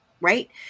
right